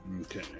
Okay